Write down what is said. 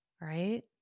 right